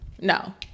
No